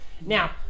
Now